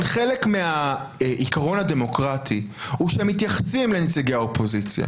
אבל חלק מהעיקרון הדמוקרטי הוא שמתייחסים לנציגי האופוזיציה,